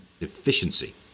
efficiency